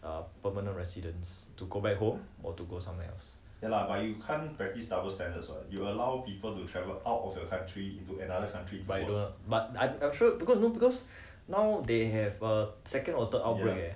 err permanent residents to go back home or to go somewhere else but err but I I am sure because you know because now they have a second or third outbreak eh